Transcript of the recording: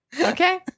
Okay